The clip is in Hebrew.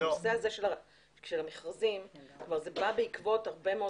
אתה יודע שהנושא הזה של המכרזים בא בעקבות הרבה מאוד